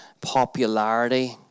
popularity